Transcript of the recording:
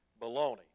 Baloney